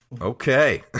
Okay